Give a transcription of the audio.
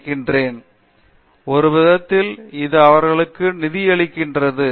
நிர்மலா ஒரு விதத்தில் அது அவர்களுக்கு நிதியளிக்கிறது